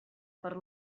per